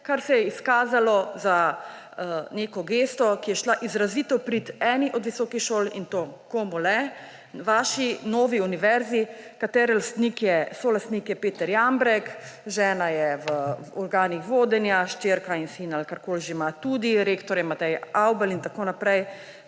kar se je izkazalo za neko gesto, ki je šla izrazito v prid eni od visokih šol ‒ in to komu le –, vaši novi univerzi, katere solastnik je Peter Jambrek, žena je v organih vodenja, hčerka in sin – ali karkoli že ima ‒ tudi, rektor je Matej Avbelj in tako naprej.